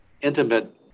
intimate